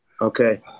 Okay